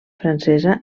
francesa